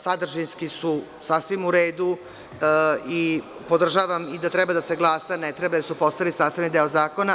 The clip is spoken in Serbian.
Sadržinski su sasvim u redu i podržavam i da treba da se glasa, a ne treba jer su postali sastavni deo zakona.